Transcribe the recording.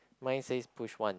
mine says push one